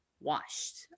washed